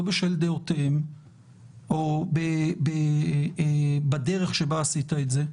לא בשל דעותיהם או בדרך שבה עשית את זה,